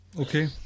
Okay